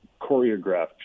choreographed